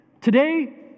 today